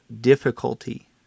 difficulty